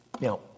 Now